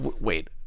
wait